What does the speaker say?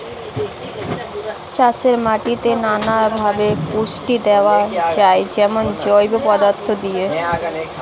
চাষের মাটিতে নানা ভাবে পুষ্টি দেওয়া যায়, যেমন জৈব পদার্থ দিয়ে